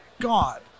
God